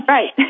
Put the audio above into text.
Right